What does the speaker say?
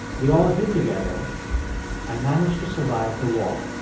they all hid together and managed to survive the war.